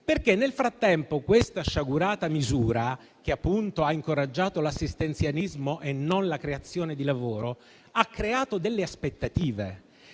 perché nel frattempo questa sciagurata misura, che appunto ha incoraggiato l'assistenzialismo e non la creazione di lavoro, ha creato delle aspettative.